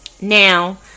now